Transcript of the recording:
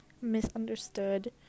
Misunderstood